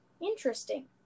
Interesting